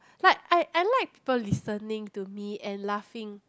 like I I like people listening to me and laughing